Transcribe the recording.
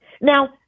Now